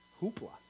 hoopla